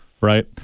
right